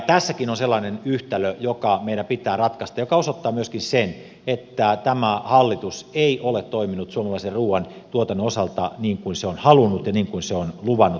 tässäkin on sellainen yhtälö joka meidän pitää ratkaista ja joka osoittaa myöskin sen että tämä hallitus ei ole toiminut suomalaisen ruuantuotannon osalta niin kuin se on halunnut ja niin kuin se on luvannut